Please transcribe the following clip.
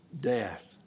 death